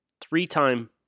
three-time